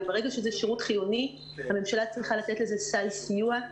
ברגע שזה שירות חיוני הממשלה צריכה לתת לזה סל סיוע,